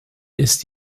ist